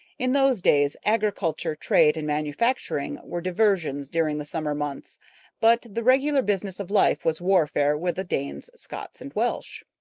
in those days agriculture, trade, and manufacturing were diversions during the summer months but the regular business of life was warfare with the danes, scots, and welsh.